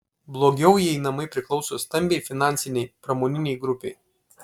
blogiau jei namai priklauso stambiai finansinei pramoninei grupei